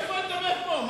שיבוא לדבר פה.